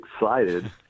excited